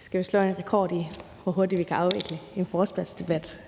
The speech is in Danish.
skal vi slår en rekord i, hvor hurtigt vi kan afvikle en forespørgselsdebat.